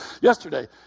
yesterday